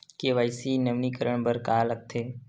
KYC नवीनीकरण बर का का लगथे?